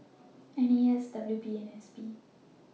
N A S W P and S P